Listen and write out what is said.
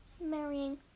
marrying